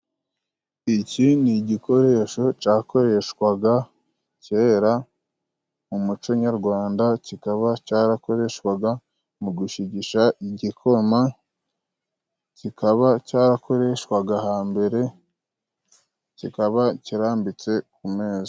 Iki ni igikoresho cakoreshwaga kera mu muco nyarwanda， kikaba cyarakoreshwaga mu gushigisha igikoma， kikaba cyarakoreshwaga hambere， kikaba kirambitse ku meza.